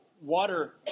water